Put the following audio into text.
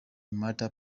matter